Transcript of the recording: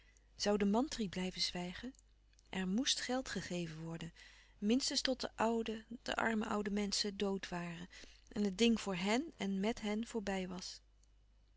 zoû de mantri blijven zwijgen er moest geld gegeven worden minstens tot de oude de arme oude menschen dod waren en het ding voor hèn en met hèn voorbij was